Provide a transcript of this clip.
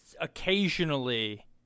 occasionally